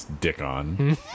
Dickon